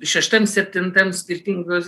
šeštam septintam skirtingos